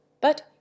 but